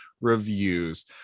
reviews